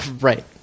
Right